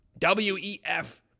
wef